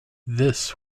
this